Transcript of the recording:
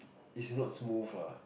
it's not smooth lah